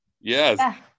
yes